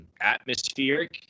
atmospheric